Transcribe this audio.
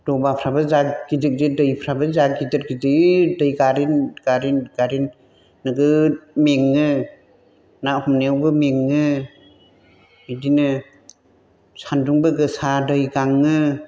दबाफ्राबो जा गिदिर गिदिर दैफ्राबो जा गिदिर गिदिर दै गारिन गारैनो गारैनो नोगोद मेङो ना हमनायावबो मेङो बिदिनो सानदुंबो गोसा दै गाङो